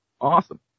Awesome